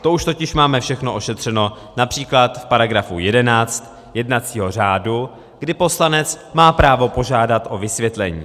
To už totiž máme všechno ošetřeno například v § 11 jednacího řádu, kdy poslanec má právo požádat o vysvětlení.